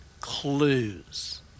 clues